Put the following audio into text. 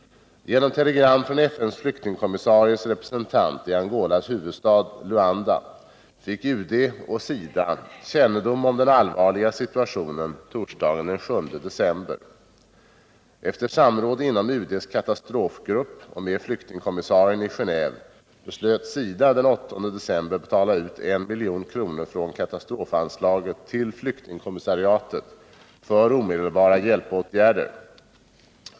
Genom telegram från FN:s flyktingkommissaries representant i Angolas huvudstad, Luanda, fick UD och SIDA kännedom om den allvarliga situationen torsdagen den 7 december. Efter samråd inom UD:s katastrofgrupp och med flyktingkommissarien i Genéve beslöt SIDA den 8 december betala ut 1 milj.kr. från katastrofanslaget till flyktingkommissarien för omedelbara hjälpåtgärder.